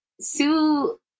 Sue